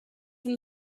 from